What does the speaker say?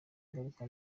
ingaruka